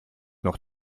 noch